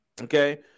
Okay